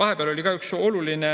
vahepeal oli ka üks oluline